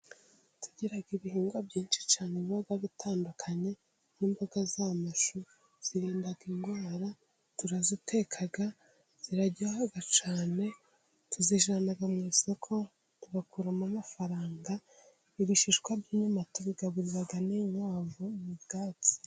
Tugira ibihingwa byinshi cyane biba bitandukanye. Nk'imboga z'amashu zirinda indwara, turaziteka ziraryoha cyane, tuzijyana ku isoko tugakuramo amafaranga. Ibishishwa by'inyuma, tubigaburira inkwavu ni ubwatsi.